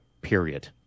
period